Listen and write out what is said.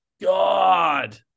God